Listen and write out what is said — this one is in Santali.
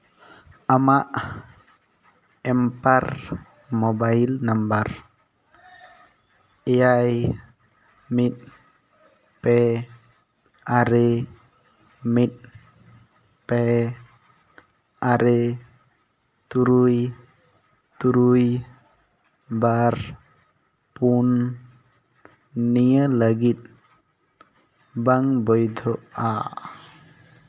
ᱟᱢᱟᱜ ᱮᱢᱯᱟᱨ ᱢᱳᱵᱟᱭᱤᱞ ᱱᱟᱢᱵᱟᱨ ᱮᱭᱟᱭ ᱢᱤᱫ ᱯᱮ ᱟᱨᱮ ᱢᱤᱫ ᱯᱮ ᱟᱨᱮ ᱛᱩᱨᱩᱭ ᱛᱩᱨᱩᱭ ᱵᱟᱨ ᱯᱩᱱ ᱱᱤᱭᱟᱹ ᱞᱟᱹᱜᱤᱫ ᱵᱟᱝ ᱵᱳᱭᱫᱷᱚᱜᱼᱟ